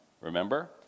Remember